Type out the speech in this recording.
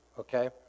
Okay